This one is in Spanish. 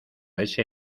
ese